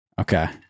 Okay